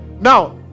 now